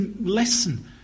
lesson